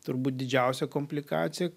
turbūt didžiausia komplikacija